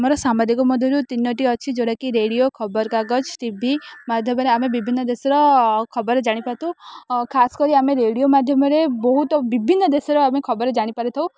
ଆମର ସାମ୍ବାଦିକ ମଧ୍ୟରୁ ତିନୋଟି ଅଛି ଯେଉଁଟା କି ରେଡ଼ିଓ ଖବରକାଗଜ ଟି ଭି ମାଧ୍ୟମରେ ଆମେ ବିଭିନ୍ନ ଦେଶର ଖବର ଜାଣି ପାରିଥାଉ ଖାସ୍ କରି ଆମେ ରେଡ଼ିଓ ମାଧ୍ୟମରେ ବହୁତ ବିଭିନ୍ନ ଦେଶର ଆମେ ଖବରେ ଜାଣିପାରି ଥାଉ